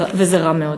וזה רע מאוד.